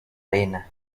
arena